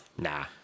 Nah